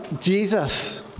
Jesus